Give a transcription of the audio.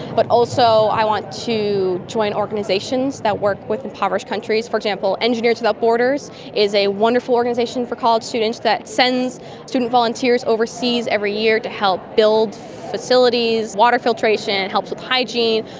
but also i want to to join organisations that work with impoverished countries, for example engineers without borders is a wonderful organisation for college students that sends student volunteers overseas every year to help build facilities, water filtration, helps with hygiene,